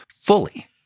fully